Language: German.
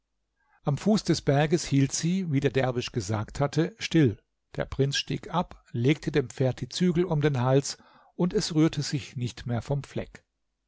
am fuße des berges hielt sie wie der derwisch gesagt hatte still der prinz stieg ab legte dem pferd die zügel um den hals und es rührte sich nicht mehr vom fleck